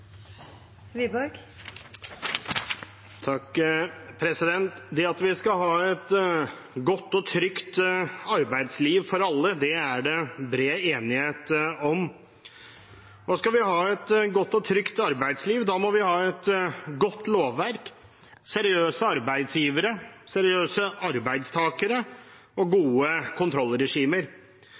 trygt arbeidsliv for alle, er det bred enighet om. Skal vi ha et godt og trygt arbeidsliv, må vi ha et godt lovverk, seriøse arbeidsgivere, seriøse arbeidstakere og gode kontrollregimer.